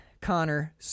Connor